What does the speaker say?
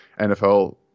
NFL